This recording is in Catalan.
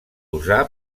usar